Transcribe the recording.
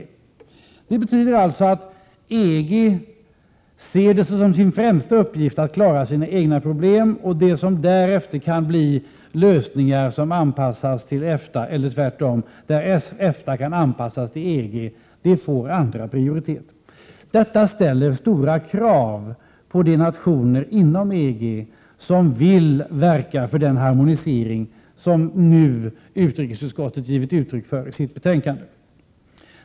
Det betyder alltså att EG ser det som sin främsta uppgift att klara sina egna problem. Det som därefter kan bli lösningar för EFTA:s anpassning till EG får andra prioritet. Detta ställer stora krav på de nationer inom EG som vill verka för den harmonisering som utrikesutskottet nu givit uttryck för i sitt betänkande.